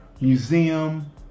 museum